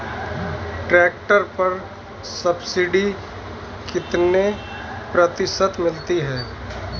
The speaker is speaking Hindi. ट्रैक्टर पर सब्सिडी कितने प्रतिशत मिलती है?